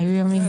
היו ימים.